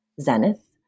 zenith